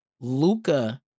Luca